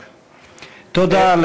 תודה.